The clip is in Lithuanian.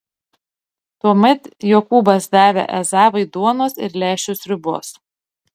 tuomet jokūbas davė ezavui duonos ir lęšių sriubos